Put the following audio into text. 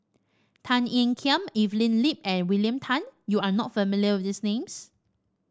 Tan Ean Kiam Evelyn Lip and William Tan you are not familiar with these names